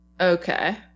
Okay